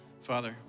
Father